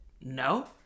no